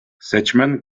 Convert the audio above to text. seçmen